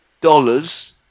dollars